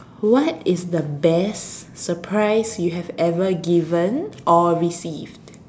what is the best surprise you have ever given or receive